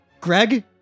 Greg